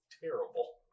terrible